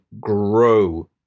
grow